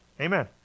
Amen